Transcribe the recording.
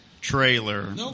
trailer